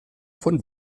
von